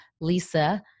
Lisa